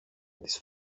της